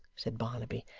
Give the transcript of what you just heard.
said barnaby,